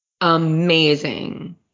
Amazing